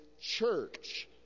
church